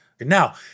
Now